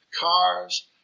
cars